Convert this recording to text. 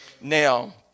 Now